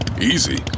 Easy